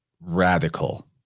radical